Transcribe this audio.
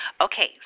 Okay